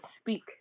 speak